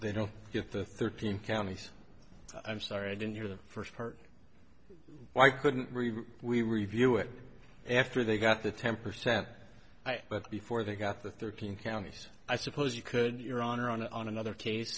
they don't get the thirteen counties i'm sorry i didn't hear the first part why couldn't we review it after they got the temper set but before they got the thirteen counties i suppose you could your honor on on another case